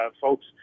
folks